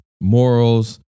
morals